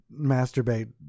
masturbate